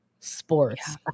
sports